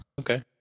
okay